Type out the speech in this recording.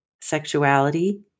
sexuality